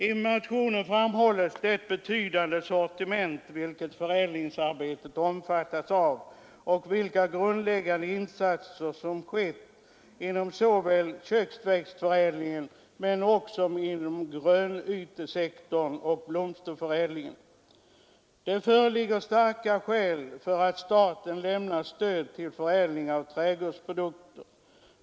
I motionen framhålles det betydande sortiment förädlingsarbetet omfattar och de grundläggande insatser som skett inom såväl köksväxtförädlingen som grönytesektorn och blomsterförädlingen. Det föreligger starka skäl för att staten lämnar stöd till förädling av trädgårdsprodukter.